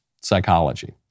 psychology